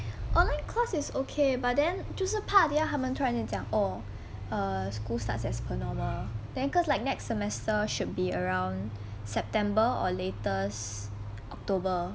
online course is okay but then 就是怕等一下他们突然间讲 orh err school starts as per normal then cause like next semester should be around september or latest october